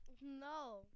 No